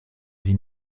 sie